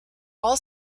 all